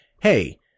hey—